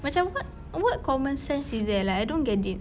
macam what what common sense is that like I don't get it